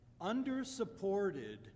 undersupported